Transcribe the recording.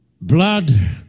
blood